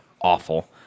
awful